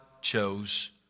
chose